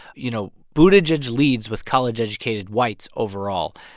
you know, buttigieg leads with college-educated whites overall.